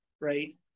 right